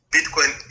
Bitcoin